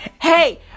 Hey